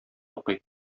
укый